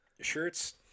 shirts